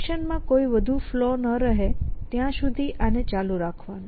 એક્શનમાં કોઈ વધુ ફલૉ ન રહે ત્યાં સુધી આને ચાલુ રાખવાનું